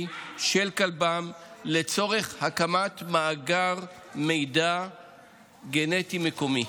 של כלבם לצורך הקמת מאגר מידע גנטי מקומי,